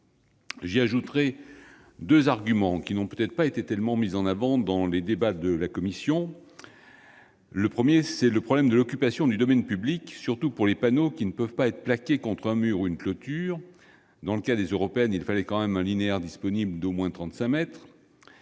deux autres arguments, qui n'ont peut-être pas été tellement mis en avant dans les débats en commission. Le premier est le problème de l'occupation du domaine public, surtout lorsque les panneaux ne peuvent pas être plaqués contre un mur ou une clôture. Dans le cas des élections européennes, il fallait tout de même un linéaire disponible d'au moins